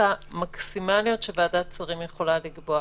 המקסימליות שוועדת שרים יכולה לקבוע